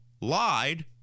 lied